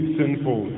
sinful